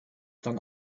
dann